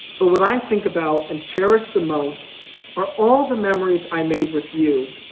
but what i think about and cherish the most are all the memories i made with you,